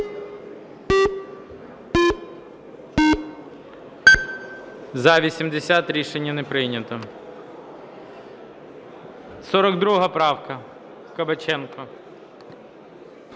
За-80 Рішення не прийнято. 42 правка, Кабаченко.